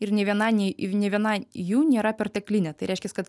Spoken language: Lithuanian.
ir nei viena nei nei viena jų nėra perteklinė tai reiškias kad